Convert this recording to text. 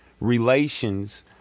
relations